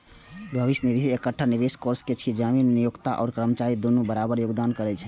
भविष्य निधि एकटा निवेश कोष छियै, जाहि मे नियोक्ता आ कर्मचारी दुनू बराबर योगदान करै छै